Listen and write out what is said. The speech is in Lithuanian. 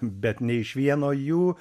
bet ne iš vieno jų